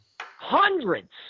hundreds